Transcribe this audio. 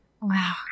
Wow